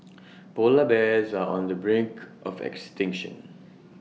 Polar Bears are on the brink of extinction